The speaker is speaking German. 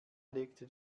legte